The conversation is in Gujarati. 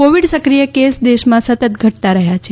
કોવિડ સક્રિય કેસ દેશમાં સતત ઘટતા રહ્યા છે